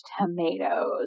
tomatoes